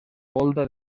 volta